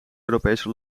europese